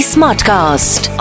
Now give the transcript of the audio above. Smartcast